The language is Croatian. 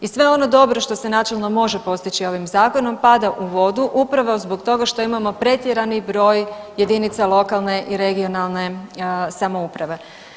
I sve ono dobro što se načelno može postići ovim zakonom pada u vodu upravo zbog toga što imamo pretjerani broj jedinica lokalne i regionalne samouprave.